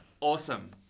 awesome